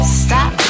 stop